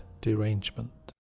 Derangement